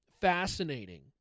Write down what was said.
fascinating